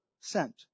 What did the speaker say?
Sent